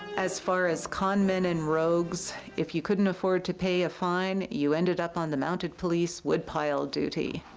as far as con men and rogues, if you couldn't afford to pay a fine, you ended up on the mounted police woodpile duty.